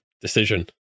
decision